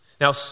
Now